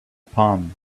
palm